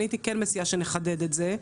אני הייתי כן מציעה שנחדד את זה,